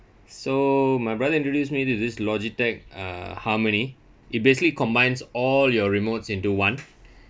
so my brother introduced me to this Logitech uh harmony it basically combines all your remotes into one